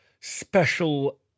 special